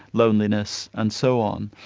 loneliness, and so on.